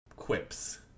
quips